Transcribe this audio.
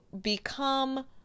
become